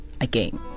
again